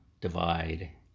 divide